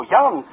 Young